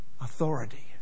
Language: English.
authority